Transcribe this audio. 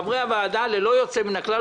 חברי הוועדה ללא יוצא מן הכלל,